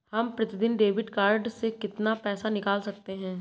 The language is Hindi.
हम प्रतिदिन डेबिट कार्ड से कितना पैसा निकाल सकते हैं?